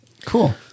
Cool